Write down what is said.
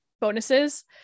bonuses